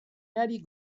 erarik